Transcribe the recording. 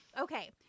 Okay